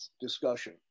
discussion